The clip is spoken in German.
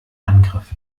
angriff